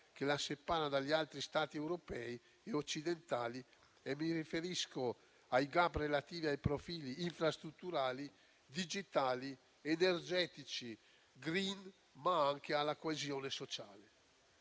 che la separa dagli altri Stati europei e occidentali. Mi riferisco ai *gap* relativi ai profili infrastrutturali, digitali, energetici e *green,* ma anche alla coesione sociale.